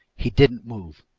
he didn't move.